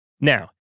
Now